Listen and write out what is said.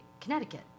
Connecticut